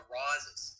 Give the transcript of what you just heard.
rises